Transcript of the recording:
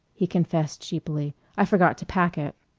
he confessed sheepishly. i forgot to pack it.